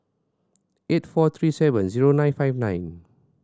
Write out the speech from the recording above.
eight four three seven zero nine five nine